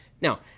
Now